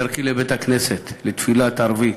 בדרכי לבית-הכנסת לתפילת ערבית,